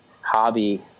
hobby